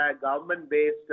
Government-based